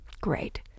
Great